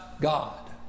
God